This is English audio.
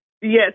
Yes